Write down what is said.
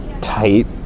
tight